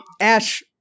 Ash